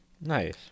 Nice